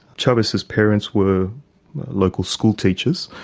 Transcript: chavez's parents were local schoolteachers.